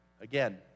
again